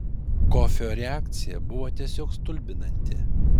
kofio reakcija buvo tiesiog stulbinanti